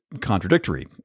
contradictory